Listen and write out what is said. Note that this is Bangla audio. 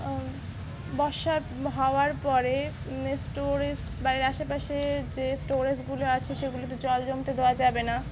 বর্ষা হওয়ার পরে স্টোরেজ বাড়ির আশেপাশে যে স্টোরেজগুলো আছে সেগুলো তে জল জমতে দেওয়া যাবে না